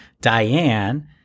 Diane